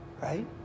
right